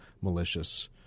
malicious